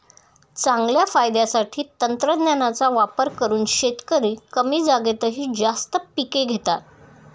चांगल्या फायद्यासाठी तंत्रज्ञानाचा वापर करून शेतकरी कमी जागेतही जास्त पिके घेतात